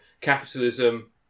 capitalism